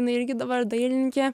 jinai irgi dabar dailininkė